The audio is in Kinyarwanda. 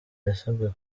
yasabwe